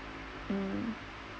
um